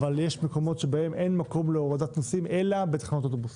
אבל יש מקומות שבהם אין מקום להורדת נוסעים אלא בתחנות אוטובוס.